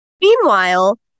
Meanwhile